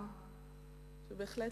בהחלט,